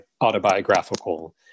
autobiographical